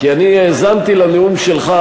כי אני האזנתי לנאום שלך,